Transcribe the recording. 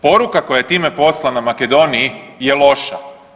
Poruka koja je time poslana Makedoniji je loša.